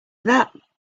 that